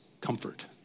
comfort